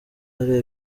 ari